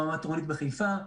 כמו המטרונית בחיפה,